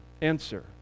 Answer